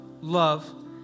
Love